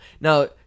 Now